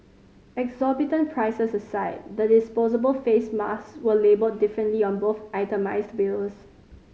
exorbitant prices aside the disposable face masks were labelled differently on both itemised bills